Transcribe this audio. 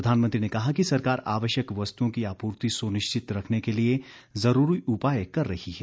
प्रधानमंत्री ने कहा कि सरकार आवश्यक वस्तुओं की आपूर्ति सुनिश्चित रखने के लिए जरूरी उपाय कर रही है